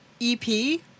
EP